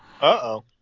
Uh-oh